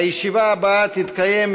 הישיבה הבאה תתקיים,